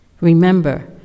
Remember